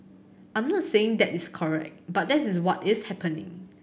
I'm not saying that is correct but that is what is happening